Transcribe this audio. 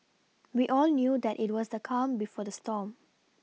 we all knew that it was the calm before the storm